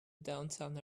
downtown